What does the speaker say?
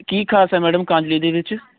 ਕੀ ਖਾਸ ਹੈ ਮੈਡਮ ਕਾਂਜਲੀ ਦੇ ਵਿੱਚ